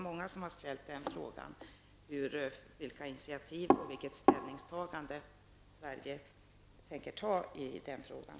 Många har ställt frågan om vilka initiativ och vilket ställningstagande Sverige kommer med i frågan.